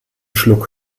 schluck